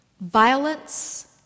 violence